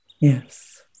Yes